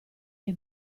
che